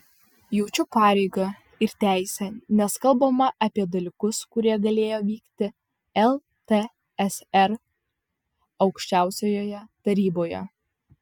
jaučiu pareigą ir teisę nes kalbama apie dalykus kurie galėjo vykti ltsr aukščiausiojoje taryboje